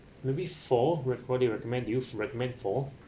maybe four what what do you recommend do you recommend four